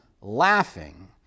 laughing